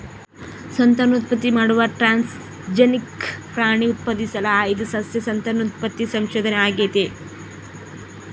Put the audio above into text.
ಸಂತಾನೋತ್ಪತ್ತಿ ಮಾಡುವ ಟ್ರಾನ್ಸ್ಜೆನಿಕ್ ಪ್ರಾಣಿ ಉತ್ಪಾದಿಸಲು ಆಯ್ದ ಸಸ್ಯ ಸಂತಾನೋತ್ಪತ್ತಿ ಸಂಶೋಧನೆ ಆಗೇತಿ